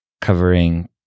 covering